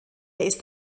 ist